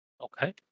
Okay